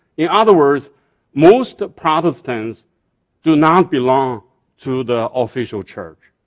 in other words most protestants do not belong to the official church,